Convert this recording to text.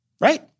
right